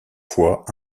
fois